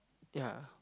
ya